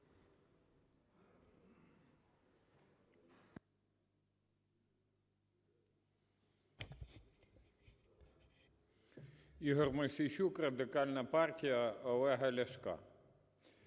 Ігор Мосійчук, Радикальна партія Олега Ляшка.